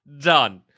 Done